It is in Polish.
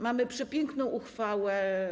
Mamy przepiękną uchwałę.